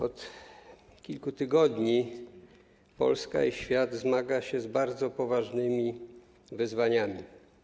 Od kilku tygodni Polska i świat zmagają się z bardzo poważnymi wyzwaniami.